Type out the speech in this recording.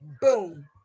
Boom